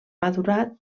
madurat